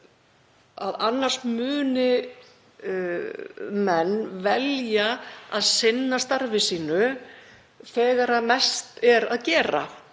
að annars muni menn velja að sinna starfi sínu þegar mest er að gera